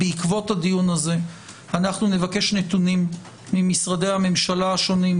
בעקבות הדיון הזה אנחנו נבקש נתונים ממשרדי הממשלה השונים,